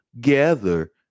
gather